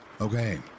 Okay